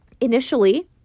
initially